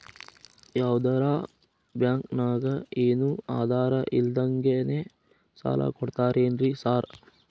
ಯಾವದರಾ ಬ್ಯಾಂಕ್ ನಾಗ ಏನು ಆಧಾರ್ ಇಲ್ದಂಗನೆ ಸಾಲ ಕೊಡ್ತಾರೆನ್ರಿ ಸಾರ್?